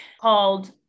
called